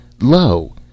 Lo